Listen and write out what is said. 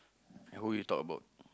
who would you talk about